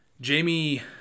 Jamie